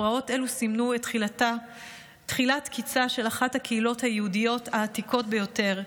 פרעות אלו סימנו את תחילת קיצה של אחת הקהילות היהודיות העתיקות ביותר.